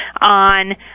on